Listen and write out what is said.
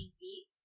feet